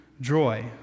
joy